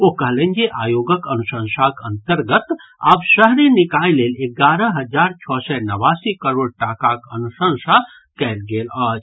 ओ कहलनि जे आयोगक अनुशंसाक अन्तर्गत आब शहरी निकाय लेल एगारह हजार छओ सय नवासी करोड़ टाकाक अनुशंसा कयल गेल अछि